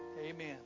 Amen